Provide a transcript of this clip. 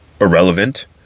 irrelevant